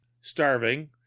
starving